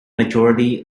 majority